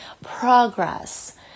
progress